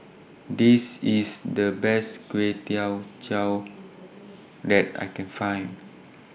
This IS The Best Kway Teow that I Can Find